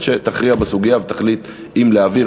שתכריע בסוגיה ותחליט אם להעביר,